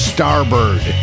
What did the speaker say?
Starbird